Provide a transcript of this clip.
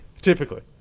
Typically